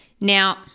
Now